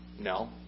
No